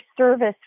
service